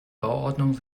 bauordnung